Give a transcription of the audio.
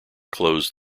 closed